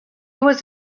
was